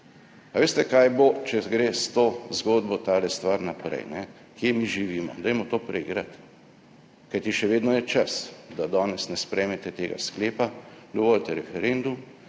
A veste, kaj bo, če gre s to zgodbo ta stvar naprej, kje mi živimo, dajmo to preigrati, kajti še vedno je čas, da danes ne sprejmete tega sklepa, dovolite referendum